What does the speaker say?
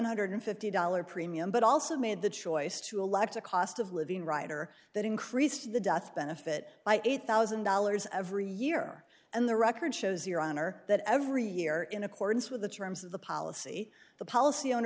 hundred and fifty dollars premium but also made the choice to elect a cost of living writer that increased the death benefit by eight thousand dollars every year and the record shows your honor that every year in accordance with the terms of the policy the policy o